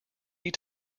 need